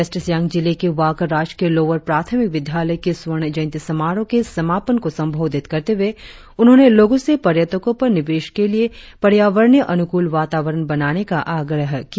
waste Siang जिले के वाक राजकीय लोअर प्राथमिक विद्यालय की स्वर्ण जयंती समारोह के समापन को संबोधित करते हुए उन्होंने लोगों से पर्यटकों पर निवेश के लिए पर्यावरणीय अनुकूल वातावरण बनाने का आग्रह किया